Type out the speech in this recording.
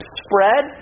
spread